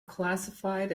classified